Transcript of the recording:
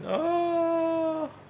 ah